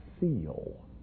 seal